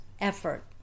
effort